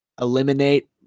eliminate